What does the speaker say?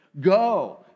Go